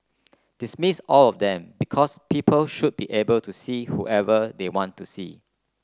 dismiss all of them because people should be able to see whoever they want to see